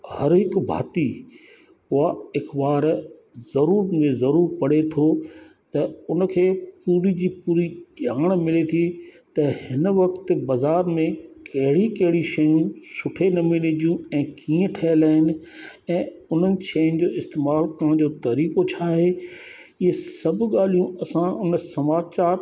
हर हिकु भाती उहा हिकु बार ज़रूरत में ज़रूरु पढ़े थो त उन खे पूरी जी पूरी यमुना मिले थी त हिन वक़्ति बाज़ारि में कहिड़ी कहिड़ी शयूं सुठे नमूने जूं ऐं कीअं ठहियल आहिनि ऐं उन्हनि शयुनि जो इस्तेमालु उन जो तरीक़ो छा आहे ईअं सभु ॻाल्हियूं असां उन समाचार